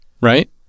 right